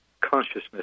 consciousness